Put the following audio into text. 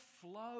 flow